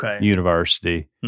university